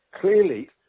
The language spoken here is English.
Clearly